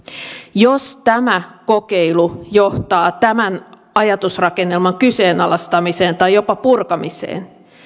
jos tämä kokeilu johtaa tämän ajatusrakennelman kyseenalaistamiseen tai jopa purkamiseen